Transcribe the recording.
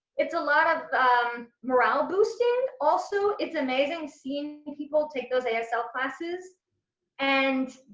it's a lot of morale-boosting also it's amazing seeing people take those asl classes and